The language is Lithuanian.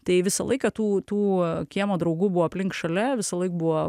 tai visą laiką tų tų kiemo draugų buvo aplink šalia visąlaik buvo